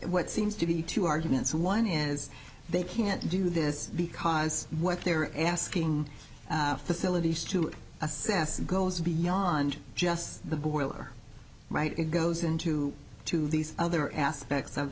what seems to be two arguments and one is they can't do this because what they're asking facilities to assess it goes beyond just the boiler right it goes into to these other aspects of